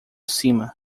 cima